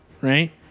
right